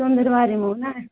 ژٔندٕروار یمو نا